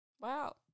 Wow